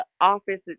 office